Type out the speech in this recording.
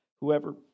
Whoever